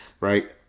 right